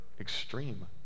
extreme